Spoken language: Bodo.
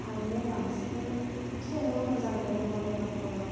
आंनो बांसिन संनो मोजां मोनो माने न'खराव